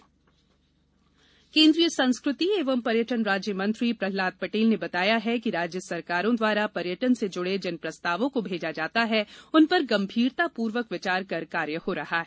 प्रहलाद पटेल केंद्रीय सँस्कृति एंव पर्यटन राज्य मन्त्री प्रह्लाद पटेल ने बताया है कि राज्य सरकारों द्वारा पर्यटन से जुड़े जिन प्रस्तावों को भेजा जाता है उन पर गम्भीरता पूर्वक विचार कर कार्य हो रहा है